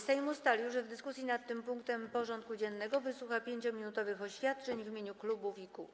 Sejm ustalił, że w dyskusji nad tym punktem porządku dziennego wysłucha 5-minutowych oświadczeń w imieniu klubów i kół.